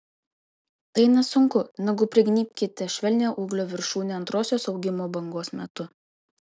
tai nesunku nagu prignybkite švelnią ūglio viršūnę antrosios augimo bangos metu